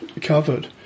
covered